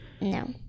No